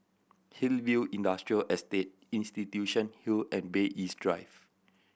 Hillview Industrial Estate Institution Hill and Bay East Drive